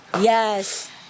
Yes